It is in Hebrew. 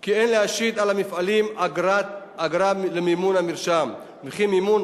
כי אין להשית על המפעלים אגרה למימון המרשם וכי מימון